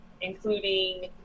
including